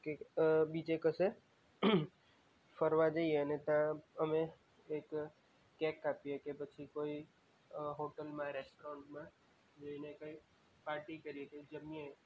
cake બીજે કશે ફરવા જઇએ અને તાં અમે એક કેક કાપીએ કે પછી કોઈ હોટલમાં રેસ્ટોરન્ટમાં જઈને કંઈ પાર્ટી કરીએ કે જમીએ